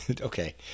Okay